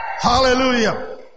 hallelujah